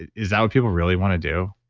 is that what people really want to do?